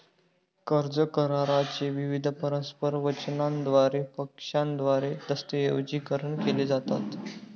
कर्ज करारा चे विविध परस्पर वचनांद्वारे पक्षांद्वारे दस्तऐवजीकरण केले जातात